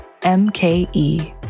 MKE